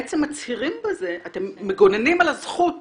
בעצם מצהירים בזה, אתם מגוננים על הזכות